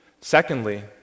Secondly